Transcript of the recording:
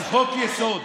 שהוא חוק-יסוד.